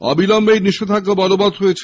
অবিলম্বে এই নিষেধাজ্ঞা বলবত হয়েছে